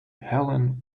helen